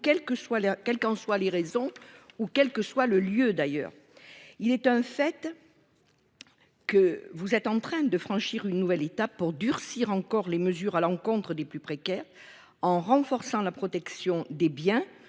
quelles qu'en soient les raisons ou quel que soit le lieu d'ailleurs il est un fait. Que vous êtes en train de franchir une nouvelle étape pour durcir encore les mesures à l'encontre des plus précaires en renforçant la protection des biens